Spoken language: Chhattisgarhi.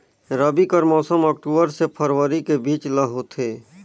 रबी कर मौसम अक्टूबर से फरवरी के बीच ल होथे